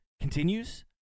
continues